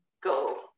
go